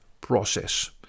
process